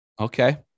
Okay